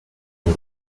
and